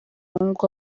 nk’uko